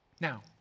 Now